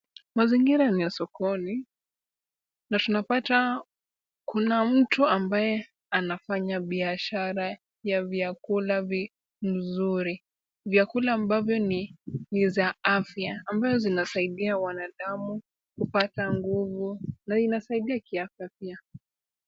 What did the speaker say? Mazingira ni ya sokoni na tunapata kuna mtu ambaye anafanya biashara ya vyakula mzuri. Vyakula ambavyo ni za afya ambazo zinasaidia wanadamu kupata nguvu na inasaidia kiafya pia.